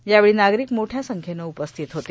यावेळी नागरिक मोठ्या संख्येनं उपस्थित होते